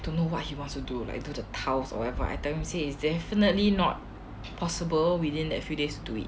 I don't know what he wants to do like to the tiles or whatevr items he is definitely not possible within that few days to do it